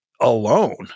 alone